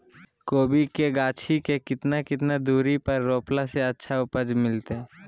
कोबी के गाछी के कितना कितना दूरी पर रोपला से अच्छा उपज मिलतैय?